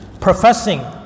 Professing